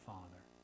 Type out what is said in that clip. Father